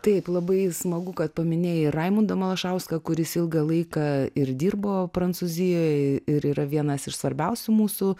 taip labai smagu kad paminėjai raimundą malašauską kuris ilgą laiką ir dirbo prancūzijoj ir yra vienas iš svarbiausių mūsų